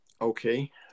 Okay